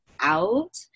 out